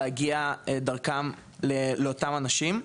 האפשריות שאפשר להגיע דרכן לאותם האנשים,